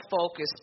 focus